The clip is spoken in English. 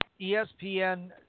ESPN